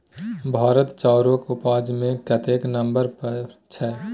भारत चाउरक उपजा मे कतेक नंबर पर छै?